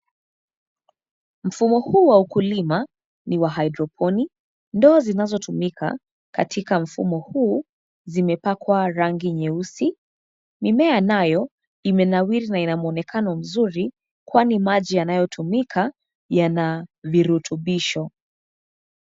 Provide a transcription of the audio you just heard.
Mfumo huu wa ukulima ni wa hydroponi. ndoo zinazotumika katika mfumo huu zimepakwa rangi nyeusi. Mimea nayo imenawiri na ina muonekano mzuri kwani maji yanayotumika yana virutubisho.